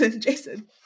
Jason